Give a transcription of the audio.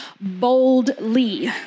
boldly